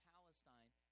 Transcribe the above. Palestine